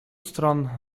stron